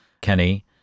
Kenny